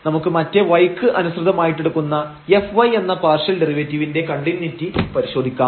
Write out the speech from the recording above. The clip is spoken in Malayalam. നമുക്ക് മറ്റേ y ക്ക് അനുസൃതമായിട്ടെടുക്കുന്ന fy എന്ന പാർഷ്യൽ ഡെറിവേറ്റീവിന്റെ കണ്ടിന്യൂയിറ്റി പരിശോധിക്കാം